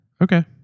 Okay